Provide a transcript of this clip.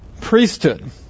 priesthood